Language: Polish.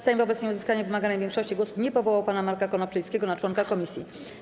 Sejm wobec nieuzyskania wymaganej większości głosów nie powołał pana Marka Konopczyńskiego na członka komisji.